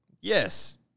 Yes